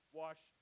wash